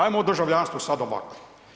Ajmo o državljanstvu sada ovako.